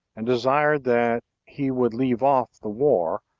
and desired that he would leave off the war,